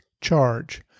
charge